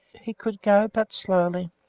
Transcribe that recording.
he could go but slowly.